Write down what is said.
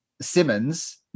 Simmons